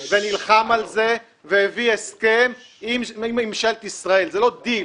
ונלחם על זה והביא הסכם עם ממשלת ישראל זה לא דיל.